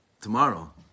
tomorrow